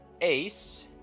Ace